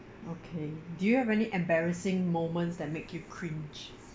okay do you have any embarrassing moments that make you cringe